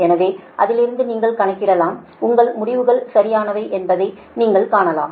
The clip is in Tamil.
எனவே அதிலிருந்து நீங்கள் கணக்கிடலாம் உங்கள் முடிவுகள் சரியானவை என்பதை நீங்கள் காணலாம்